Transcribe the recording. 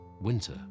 Winter